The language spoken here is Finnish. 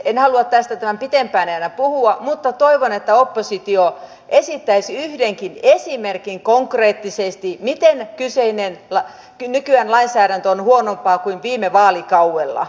en halua tästä tämän pitempään enää puhua mutta toivon että oppositio esittäisi yhdenkin esimerkin konkreettisesti miten kyseinen nykyinen lainsäädäntö on huonompaa kuin viime vaalikaudella